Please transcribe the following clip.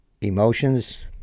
emotions